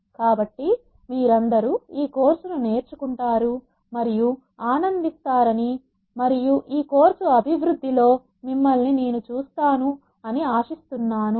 కాబట్టి మీరందరూ ఈ కోర్సును నేర్చుకుంటారు మరియు ఆనందిస్తారని మరియు ఈ కోర్సు అభివృద్ధిలో మిమ్మల్ని చూస్తాను అని నేను ఆశిస్తున్నాను